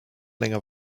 länger